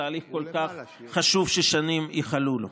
תהליך כל כך חשוב ששנים ייחלו לו,